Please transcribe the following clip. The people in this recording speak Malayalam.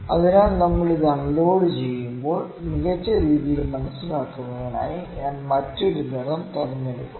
അതിനാൽ നമ്മൾ ഇത് അൺലോഡുചെയ്യുമ്പോൾ മികച്ച രീതിയിൽ മനസ്സിലാക്കുന്നതിനായി ഞാൻ മറ്റൊരു നിറം തിരഞ്ഞെടുക്കും